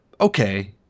Okay